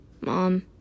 Mom